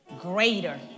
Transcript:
greater